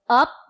up